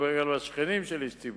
אני מדבר גם על השכנים של איש ציבור,